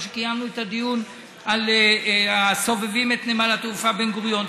מה שקיימנו את הדיון על הסובבים את נמל התעופה בן גוריון,